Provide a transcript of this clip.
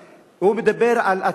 הוא לא דיבר על המנדט.